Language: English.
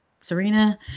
Serena